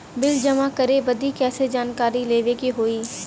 Bill जमा करे बदी कैसे जानकारी लेवे के होई?